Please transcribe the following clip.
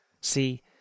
See